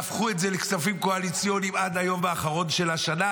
והפכו את זה לכספים קואליציוניים עד היום האחרון של השנה,